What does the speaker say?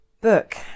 book